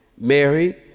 Mary